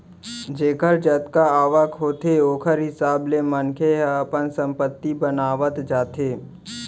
जेखर जतका आवक होथे ओखर हिसाब ले मनखे ह अपन संपत्ति बनावत जाथे